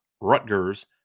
Rutgers